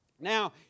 Now